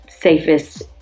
safest